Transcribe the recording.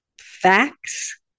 facts